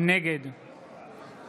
נגד